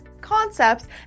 concepts